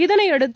இதனையடுத்து